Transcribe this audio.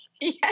Yes